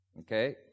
Okay